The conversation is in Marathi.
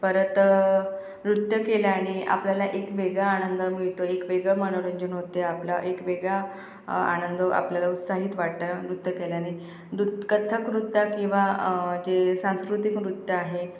परत नृत्य केल्याने आपल्याला एक वेगळा आनंद मिळतो एक वेगळं मनोरंजन होते आपला एक वेगळा आनंद आपल्याला उत्साहित वाटतं नृत्य केल्याने नृत कथ्थक नृत्य किंवा जे सांस्कृतिक नृत्य आहे